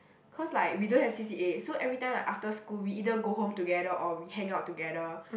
cause like we don't have C_C_A so every time like after school we either go home together or we hang out together